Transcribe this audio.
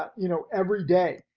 ah you know, every day,